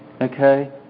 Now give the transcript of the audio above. Okay